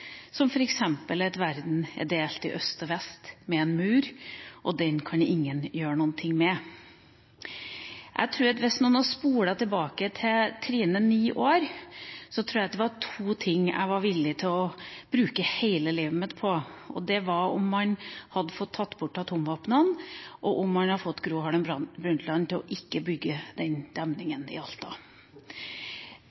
fins, f.eks. at verden var delt i øst og vest med en mur, og den kan ingen gjøre noe med. Hvis man hadde spolet tilbake til Trine 9 år, tror jeg at det var to ting jeg var villig til å bruke hele livet mitt på, og det var å få bort atomvåpnene og å få Gro Harlem Brundtland til ikke å bygge den